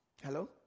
Hello